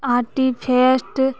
artifest